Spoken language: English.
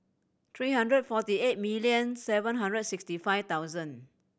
three hundred forty eight million seven hundred and sixty five thousand